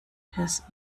his